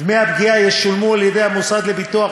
יואיל בטובו להחליף אותי.